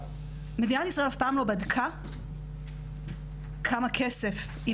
מדינת ישראל אף פעם לא בדקה כמה כסף היא